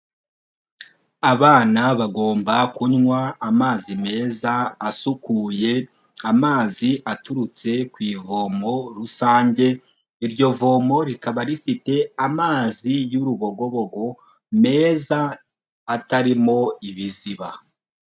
Abana bagomba kunywa amazi meza asukuye, amazi aturutse ku ivomo rusange iryo vomo rikaba rifite amazi y'urubogobogo meza atarimo ibiziba.